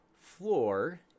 floor